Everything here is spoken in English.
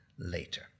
later